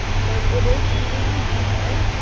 so, it is truly unlimited.